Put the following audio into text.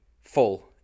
full